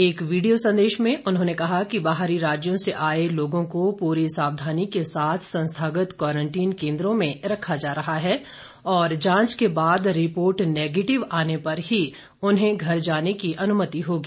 एक वीडियो संदेश में उन्होंने कहा कि बाहरी राज्यों से आए लोगों को पूरी सावधानी के साथ संस्थागत क्वारंटीन केन्द्रों में रखा जा रहा है और जांच के बाद रिपोर्ट नैगेटिव आने पर ही उन्हें घर जाने की अनुमति होगी